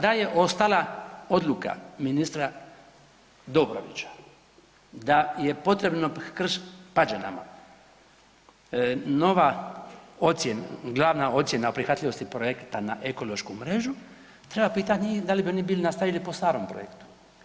Da je ostala odluka ministra Dobrovića da je potrebno Krš Pađanama nova ocjena, glavna ocjena o prihvatljivosti projekta na ekološku mrežu treba pitati njih da li bi oni nastavili po starom projektu.